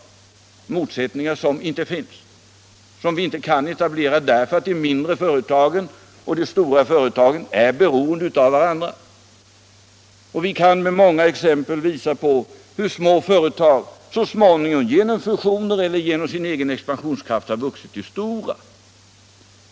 Det är motsättningar som inte finns därför att de mindre företagen och de stora företagen är beroende av varandra. Vi kan med många exempel visa hur små företag så småningom genom fusioner eller genom sin egen expansionskraft har vuxit till stora.